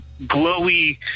glowy